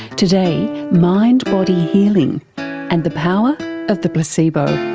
today, mind-body healing and the power of the placebo.